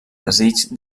desig